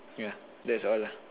yeah that's all lah